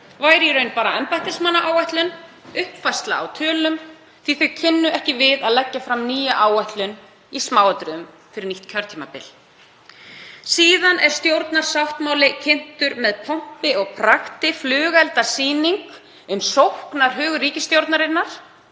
væri í raun bara embættismannaáætlun, uppfærsla á tölum, því þau kynnu ekki við að leggja fram nýja áætlun í smáatriðum fyrir nýtt kjörtímabil. Síðan er stjórnarsáttmáli kynntur með pompi og prakt, flugeldasýningu um sóknarhug ríkisstjórnarinnar